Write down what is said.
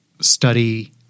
study